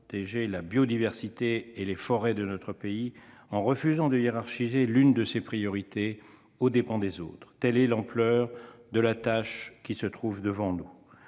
la biodiversité et les forêts de notre pays, en refusant de hiérarchiser ces priorités. Telle est l'ampleur de la tâche qui se trouve devant nous.